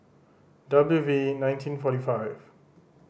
W V nineteen forty five